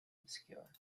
obscure